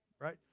right